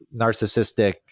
narcissistic